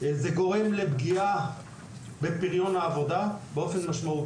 בפריון העבודה באופן משמעותי לעומת ה-OECD,